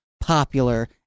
popular